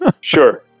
sure